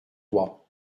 trois